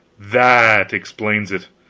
that explains it.